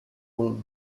will